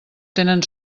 tenen